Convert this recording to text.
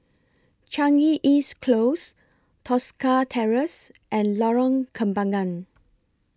Changi East Close Tosca Terrace and Lorong Kembangan